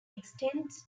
extends